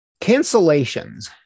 Cancellations